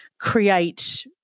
create